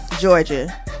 Georgia